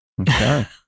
Okay